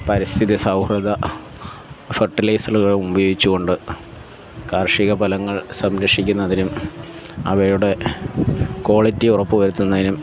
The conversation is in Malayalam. പരിസ്ഥിതി സൗഹൃദ ഫെർട്ടിലൈസുകളും ഉപയോഗിച്ചു കൊണ്ട് കാർഷിക ഫലങ്ങൾ സംരക്ഷിക്കുന്നതിനും അവയുടെ ക്വാളിറ്റി ഉറപ്പ് വരുത്തുന്നതിനും